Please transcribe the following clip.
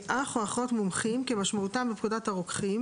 "אח או אחות מומחים" כמשמעותם בפקודת הרוקחים